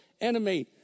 enemy